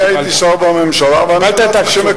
אני הייתי שר בממשלה, ואני ידעתי שמקבלים.